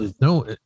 no